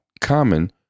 common